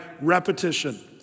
repetition